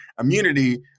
immunity